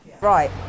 Right